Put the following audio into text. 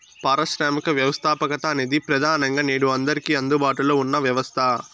పారిశ్రామిక వ్యవస్థాపకత అనేది ప్రెదానంగా నేడు అందరికీ అందుబాటులో ఉన్న వ్యవస్థ